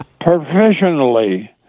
professionally